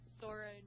Sora